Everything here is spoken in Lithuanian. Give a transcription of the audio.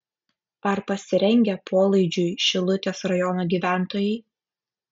ar pasirengę polaidžiui šilutės rajono gyventojai